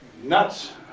nuts!